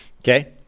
Okay